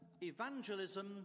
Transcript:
evangelism